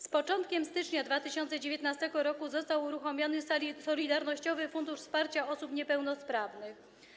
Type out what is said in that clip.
Z początkiem stycznia 2019 r. został uruchomiony Solidarnościowy Fundusz Wsparcia Osób Niepełnosprawnych.